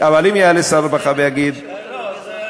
אבל אם יעלה שר הרווחה ויגיד: לא רוצה,